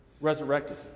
resurrected